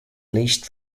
leased